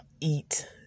eat